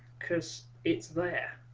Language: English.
curse it's there